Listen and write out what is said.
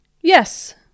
Yes